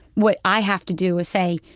what i have to do is say,